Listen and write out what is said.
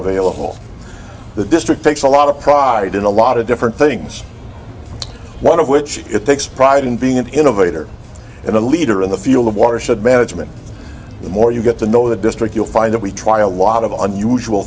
available the district takes a lot of pride in a lot of different things one of which it takes pride in being an innovator and a leader in the field of watershed management the more you get to know the district you'll find that we try a lot of the unusual